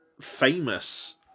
famous